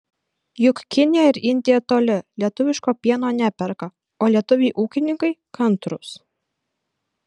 juk kinija ir indija toli lietuviško pieno neperka o lietuviai ūkininkai kantrūs